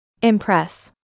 Impress